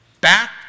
back